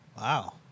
Wow